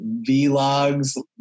vlogs